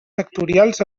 sectorials